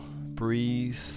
breathe